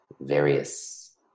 various